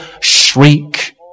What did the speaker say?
shriek